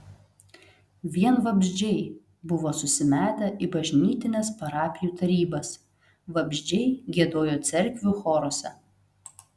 vien vabzdžiai buvo susimetę į bažnytines parapijų tarybas vabzdžiai giedojo cerkvių choruose